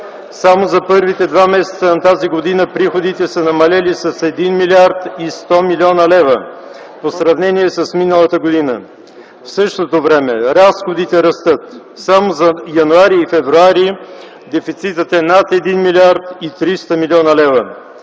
Само за първите два месеца на тази година приходите са намалели с 1 млрд. 100 млн. лв. в сравнение с миналата година. В същото време разходите растат. Само за януари и февруари дефицитът е над 1 млрд. 300 млн. лв.